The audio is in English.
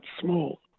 small